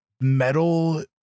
metal